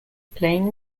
playing